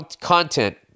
content